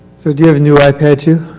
so, do you have a new ipad too?